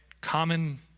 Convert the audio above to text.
Common